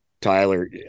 Tyler